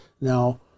Now